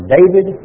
David